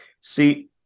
see